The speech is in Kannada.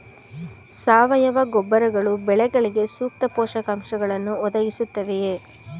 ಸಾವಯವ ಗೊಬ್ಬರಗಳು ಬೆಳೆಗಳಿಗೆ ಸೂಕ್ತ ಪೋಷಕಾಂಶಗಳನ್ನು ಒದಗಿಸುತ್ತವೆಯೇ?